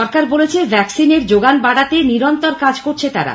সরকার বলেছে ভ্যাকসিনের জোগান বাড়াতে নিরন্তর কাজ করছে তারা